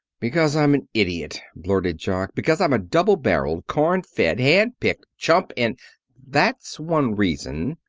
because i'm an idiot, blurted jock. because i'm a double-barreled, corn-fed, hand-picked chump and that's one reason,